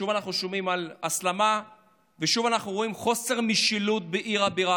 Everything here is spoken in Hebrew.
שוב אנחנו שומעים על הסלמה ושוב אנחנו רואים חוסר משילות בעיר הבירה,